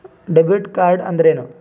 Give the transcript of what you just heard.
Debit ಕಾರ್ಡ್ಅಂದರೇನು?